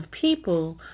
people